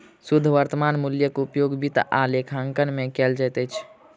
शुद्ध वर्त्तमान मूल्यक उपयोग वित्त आ लेखांकन में कयल जाइत अछि